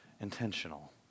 intentional